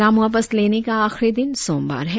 नाम वापस लेने का आखिरी दिन सोमवार है